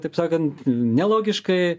taip sakant nelogiškai